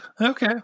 Okay